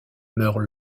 meurt